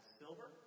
silver